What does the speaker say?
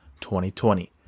2020